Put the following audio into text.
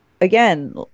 again